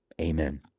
Amen